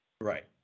Right